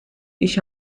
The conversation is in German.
ich